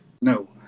No